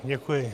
Děkuji.